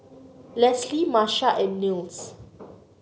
Leslee Marcia and Nils